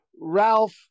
Ralph